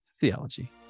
Theology